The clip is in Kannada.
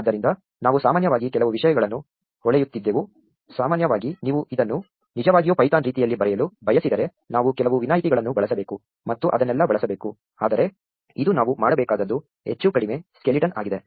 ಆದ್ದರಿಂದ ನಾವು ಸಾಮಾನ್ಯವಾಗಿ ಕೆಲವು ವಿಷಯಗಳನ್ನು ಹೊಳೆಯುತ್ತಿದ್ದೆವು ಸಾಮಾನ್ಯವಾಗಿ ನೀವು ಇದನ್ನು ನಿಜವಾಗಿಯೂ ಪೈಥಾನ್ ರೀತಿಯಲ್ಲಿ ಬರೆಯಲು ಬಯಸಿದರೆ ನಾವು ಕೆಲವು ವಿನಾಯಿತಿಗಳನ್ನು ಬಳಸಬೇಕು ಮತ್ತು ಅದನ್ನೆಲ್ಲ ಬಳಸಬೇಕು ಆದರೆ ಇದು ನಾವು ಮಾಡಬೇಕಾದುದು ಹೆಚ್ಚು ಕಡಿಮೆ ಸ್ಕೆಲಿಟನ್ ಆಗಿದೆ